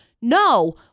No